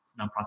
nonprofit